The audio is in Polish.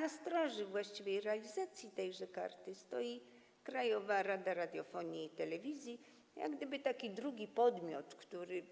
Na straży właściwej realizacji zapisów tejże karty stoi Krajowa Rada Radiofonii i Telewizji, jak gdyby drugi taki podmiot, który